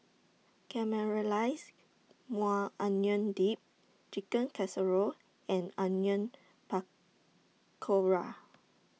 Caramelized Maui Onion Dip Chicken Casserole and Onion Pakora